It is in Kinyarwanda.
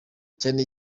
cyane